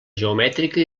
geomètrica